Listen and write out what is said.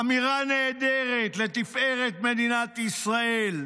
אמירה נהדרת, לתפארת מדינת ישראל.